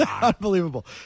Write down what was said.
Unbelievable